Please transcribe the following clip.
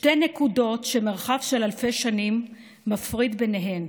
שתי נקודות שמרחק של אלפי שנים מפריד ביניהן,